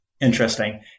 Interesting